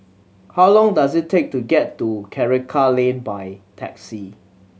how long does it take to get to Karikal Lane by taxi